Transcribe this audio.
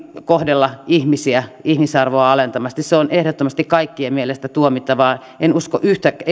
kohdella ihmisiä ihmisarvoa alentavasti se on ehdottomasti kaikkien mielestä tuomittavaa en usko